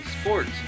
Sports